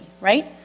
right